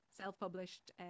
self-published